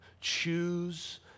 Choose